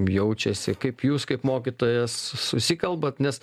jaučiasi kaip jūs kaip mokytojas susikalbat nes